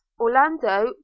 Orlando